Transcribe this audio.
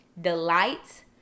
delight